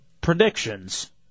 predictions